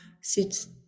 sits